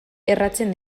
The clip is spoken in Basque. erratzen